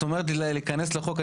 את אומרת לי להיכנס לחוק,